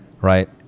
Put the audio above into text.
right